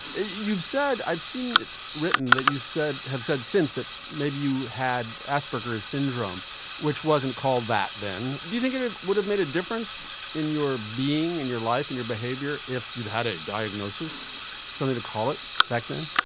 you've said i've seen it written that you said have said since that maybe you had asperger's syndrome which wasn't called that then. do you think it ah would have made a difference in your being in your life and your behavior if you'd had a diagnosis something to call it back then.